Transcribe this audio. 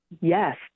Yes